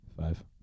Five